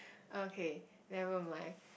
okay never mind